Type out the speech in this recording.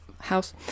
house